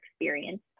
experience